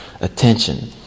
attention